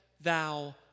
thou